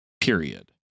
period